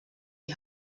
die